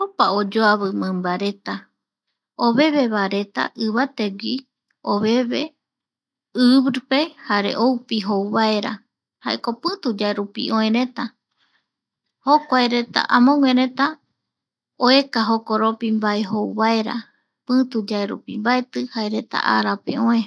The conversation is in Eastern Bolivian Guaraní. Opa oyoavi mimbareta ovevevaereta ivategui oveve ivipe jare oupi jou vaera jaeko pitu yaerupi oëreta juareta amoguereta oeka jokoropi mbae jouvaera pituyaerupi mbaeti jaereta arape oë ipuere jae jokua mimbareta pitu yae rupi oevaereta, jaeretako aipo oyopii pituyaerupi.